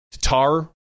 Tatar